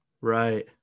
right